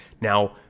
Now